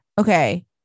okay